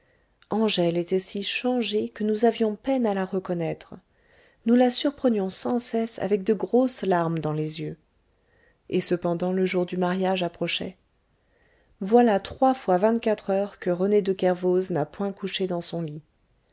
angèle était si changée que nous avions peine à la reconnaître nous la surprenions sans cesse avec de grosses larmes dans les yeux et cependant le jour du mariage approchait voilà trois fois vingt-quatre heures que rené de kervoz n'a point couché dans son lit